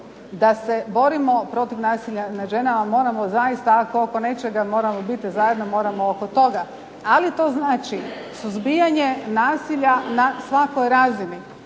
da se borimo protiv nasilja nad ženama moramo zaista ako oko nečega moramo biti zajedno, moramo oko toga, ali to znači suzbijanje nasilja na svakoj razini.